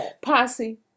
posse